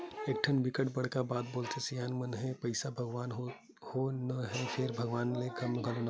एकठन बिकट बड़का बात बोलथे सियान मन ह के पइसा भगवान तो नो हय फेर भगवान ले कम घलो नो हय